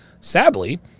Sadly